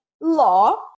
law